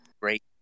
great